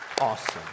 awesome